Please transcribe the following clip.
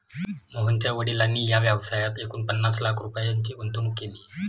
मोहनच्या वडिलांनी या व्यवसायात एकूण पन्नास लाख रुपयांची गुंतवणूक केली